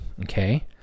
Okay